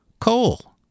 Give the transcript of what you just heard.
coal